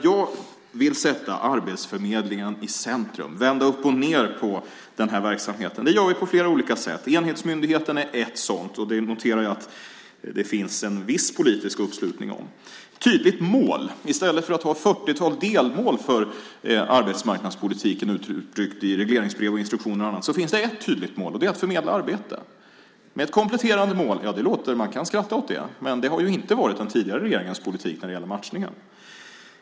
Jag vill sätta arbetsförmedlingen i centrum och vända uppochned på den här verksamheten. Det gör vi på flera olika sätt. Enhetsmyndigheten är ett sådant. Jag noterar att det finns en viss politisk uppslutning kring det. Det handlar om ett tydligt mål. I stället för att ha ett fyrtiotal delmål för arbetsmarknadspolitiken uttryckt i regleringsbrev, instruktioner och annat finns det ett tydligt mål, och det är att förmedla arbete. Dessutom finns det ett kompletterande mål. Ja, man kan skratta åt det, men det har inte varit den tidigare regeringens politik när det gäller matchningen.